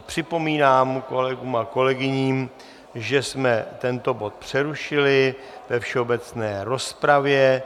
Připomínám kolegům a kolegyním, že jsme tento bod přerušili ve všeobecné rozpravě.